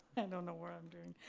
and don't know where i'm doing.